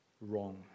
wrong